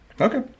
Okay